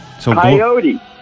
coyote